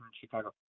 Chicago